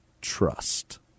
Trust